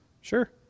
Sure